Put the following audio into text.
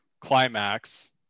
Climax